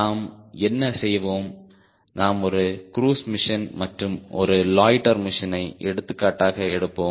நாம் என்ன செய்வோம் நாம் ஒரு க்ரூஸ் மிஷன் மற்றும் ஒரு லொய்ட்டர் மிஷனை எடுத்துக்காட்டாக எடுப்போம்